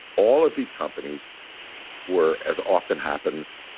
all of these companies were, as often happens,